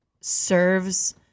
serves